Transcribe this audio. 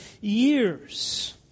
years